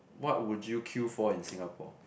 what would you queue for in Singapore